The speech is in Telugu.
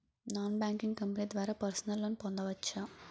నాన్ బ్యాంకింగ్ కంపెనీ ద్వారా పర్సనల్ లోన్ పొందవచ్చా?